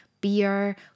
beer